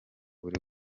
buri